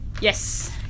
Yes